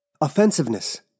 offensiveness